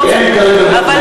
כי אין כרגע,